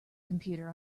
computer